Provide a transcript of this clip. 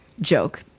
joke